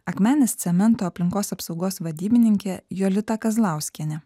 akmenės cemento aplinkos apsaugos vadybininkė jolita kazlauskienė